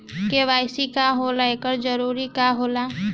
KYC का होला एकर जरूरत का होला?